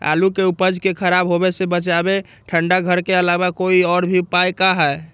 आलू के उपज के खराब होवे से बचाबे ठंडा घर के अलावा कोई और भी उपाय है का?